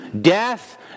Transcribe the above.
death